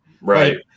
Right